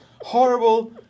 horrible